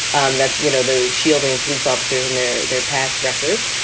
and that's, you know, the shielding police officers in there, their past records.